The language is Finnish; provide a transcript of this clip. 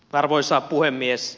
arvoisa puhemies